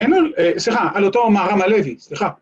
‫סליחה, על אותו מהר"ם הלוי, סליחה.